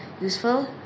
useful